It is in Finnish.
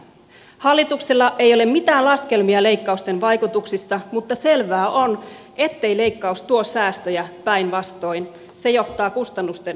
hallituksella ei ole mitään laskelmia leikkausten vaikutuksista mutta selvää on ettei leikkaus tuo säästöjä päinvastoin se johtaa kustannusten kasvuun